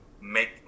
make